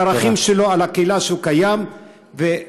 על הערכים שלו, על הקהילה, שהוא קיים בה.